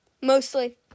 Mostly